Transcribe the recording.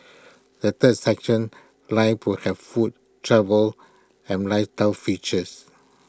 the third section life will have food travel and lifestyle features